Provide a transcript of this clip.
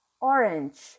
orange